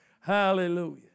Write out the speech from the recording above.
Hallelujah